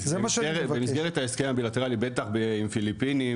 במסגרת ההסכם הבילטרלי בטח עם פיליפינים